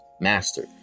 master